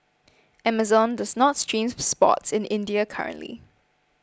Amazon does not stream sports in India currently